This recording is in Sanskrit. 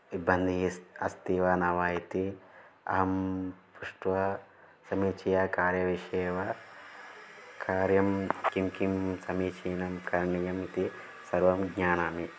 इब्बन्नीस् अस्ति वा न वा इति अहं पृष्ट्वा समीचीनं कार्यविषये वा कार्यं किं किं समीचीनं करणीयम् इति सर्वं जानामि